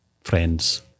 friends